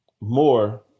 more